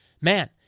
man